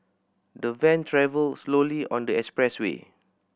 the van travelled slowly on the expressway